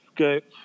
okay